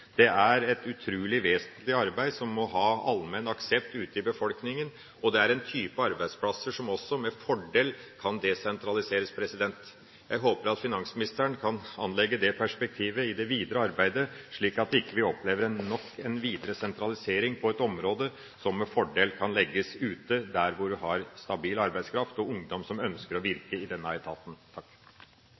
Det er et utrolig vesentlig arbeid som må ha allmenn aksept ute i befolkninga, og det er en type arbeidsplasser som også med fordel kan desentraliseres. Jeg håper at finansministeren kan anlegge det perspektivet i det videre arbeidet, slik at vi ikke opplever nok en sentralisering på et område som med fordel kan desentraliseres, legges dit hvor vi har stabil arbeidskraft og ungdom som ønsker å virke i denne etaten.